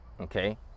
okay